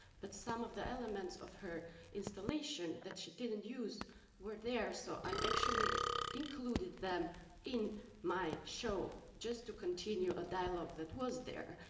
but some of the elements of her installation that she didn't use were there, so i actually included them in my show just to continue a dialogue that was there,